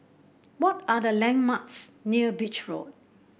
what are the landmarks near Beach Road